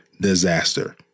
disaster